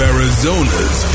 Arizona's